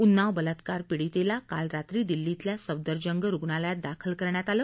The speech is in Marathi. उन्नाव बलात्कार पीडितेला काल रात्री दिल्लीतल्या सफदरजंग रुग्णालयात दाखल करण्यात आलं